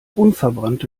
unverbrannte